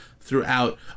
throughout